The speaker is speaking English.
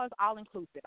all-inclusive